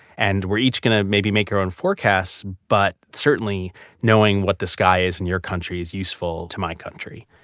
and we're each going to maybe make our own forecasts, but certainly knowing what the sky is in your country is useful to my country.